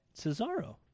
Cesaro